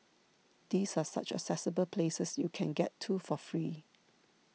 these are such accessible places you can get to for free